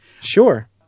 Sure